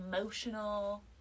emotional